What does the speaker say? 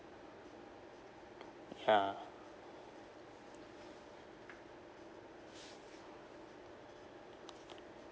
ya